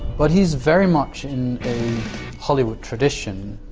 but he's very much in a hollywood tradition,